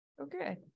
Okay